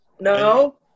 No